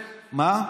מה?